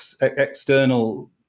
external